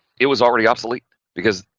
it was already obsolete, because,